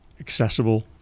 accessible